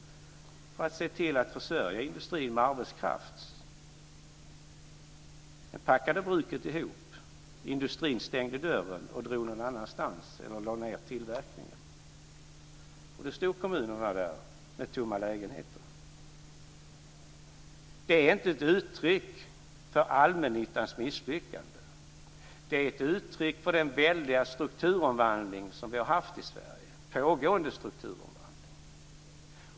Kommunen såg till att försörja industrin med arbetskraft. Sedan packade bruket ihop. Industrin stängde dörren och drog någon annanstans eller lade ned tillverkningen. Då stod kommunerna där med tomma lägenheter. Detta är inte ett uttryck för allmännyttans misslyckande! Det är ett uttryck för den väldiga strukturomvandling vi har haft och har i Sverige.